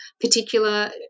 particular